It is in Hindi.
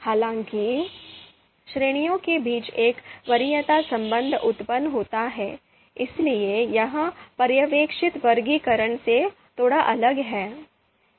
हालांकि श्रेणियों के बीच एक वरीयता संबंध उत्पन्न होता है इसलिए यह पर्यवेक्षित वर्गीकरण से थोड़ा अलग है